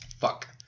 fuck